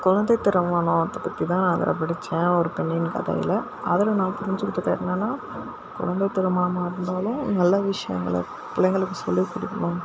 குழந்தை திருமணத்தை பற்றி தான் நான் அதில் படித்தேன் ஒரு பெண்ணின் கதையில் அதில் நான் புரிஞ்சுகிட்டது என்னென்னா குழந்தைத் திருமணமாக இருந்தாலும் நல்ல விஷயங்களை பிள்ளைங்களுக்கு சொல்லி கொடுக்கணும்